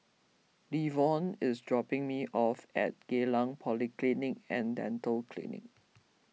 Levon is dropping me off at Geylang Polyclinic and Dental Clinic